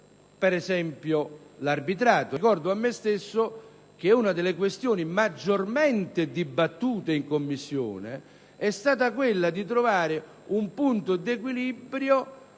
ad esempio, all'arbitrato. Ricordo a me stesso che una delle questioni maggiormente dibattute in Commissione è stata quella di trovare un punto di equilibrio